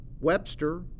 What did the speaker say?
Webster